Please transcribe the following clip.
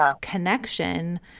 connection